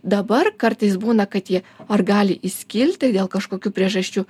dabar kartais būna kad jie ar gali įskilti dėl kažkokių priežasčių